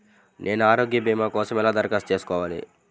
నేను ఆరోగ్య భీమా కోసం ఎలా దరఖాస్తు చేసుకోవాలి?